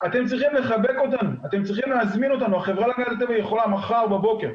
מה משרד החינוך